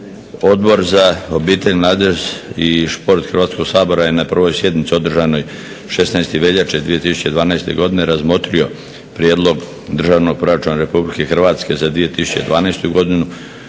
Odbor za obitelj, mladež i sport Hrvatskog sabora je na 1.sjednici održanoj 16. veljače 2012.godine razmotrio Prijedlog Držanog proračuna RH za 2012. Godinu